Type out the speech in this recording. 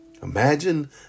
Imagine